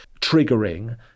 triggering